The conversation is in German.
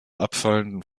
abfallenden